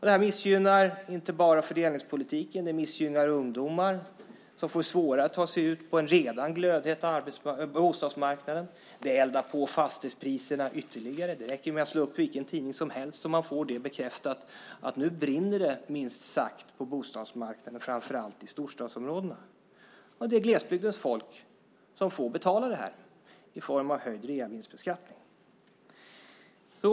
Det här missgynnar inte bara fördelningspolitiken. Det missgynnar ungdomar, som får svårare att ta sig ut på en redan glödhet bostadsmarknad. Det eldar på fastighetspriserna ytterligare. Det räcker med att slå upp vilken tidning som helst för att få bekräftat att det brinner, minst sagt, på bostadsmarknaden framför allt i storstadsområdena. Det är glesbygdens folk som får betala det här i form av höjd reavinstbeskattning.